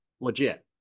legit